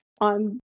on